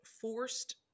forced